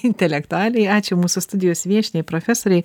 intelektualiai ačiū mūsų studijos viešniai profesorei